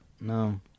No